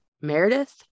Meredith